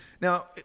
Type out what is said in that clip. now